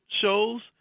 shows